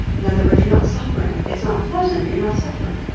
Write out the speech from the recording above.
in other words, you're not suffering. it's not pleasant, but you're not suffering